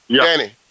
Danny